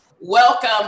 Welcome